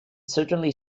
certainly